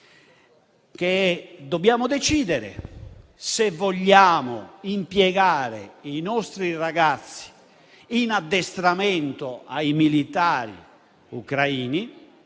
dobbiamo decidere se vogliamo impiegare i nostri ragazzi in addestramento ai militari ucraini